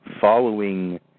following